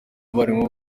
abarimu